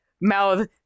mouth